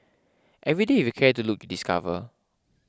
every day if you care to look discover